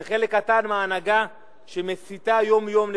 זה חלק קטן מההנהגה שמסיתה יום-יום נגדנו.